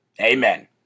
amen